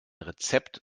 rezept